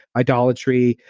idolatry,